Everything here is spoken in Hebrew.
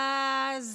אז